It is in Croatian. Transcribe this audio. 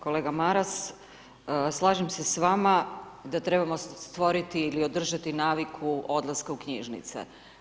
Kolega Maras, slažem se s vama da trebamo stvoriti ili održati naviku odlaska u knjižnice.